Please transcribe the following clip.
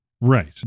Right